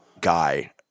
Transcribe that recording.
guy